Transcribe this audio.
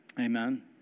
Amen